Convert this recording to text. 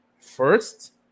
first